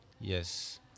Yes